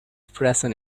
freshen